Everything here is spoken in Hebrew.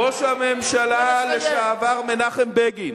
ראש הממשלה לשעבר מנחם בגין